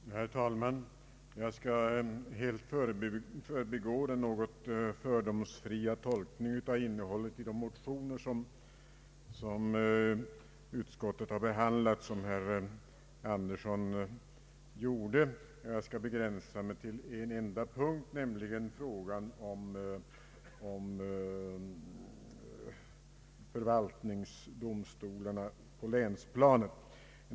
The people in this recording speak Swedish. Herr talman! Jag skall helt förbigå herr Birger Anderssons något fördomsfria tolkning av innehållet i de motioner som utskottet behandlat och begränsa mig till en enda punkt, nämligen frågan om förvaltningsdomstolarna på länsplanet.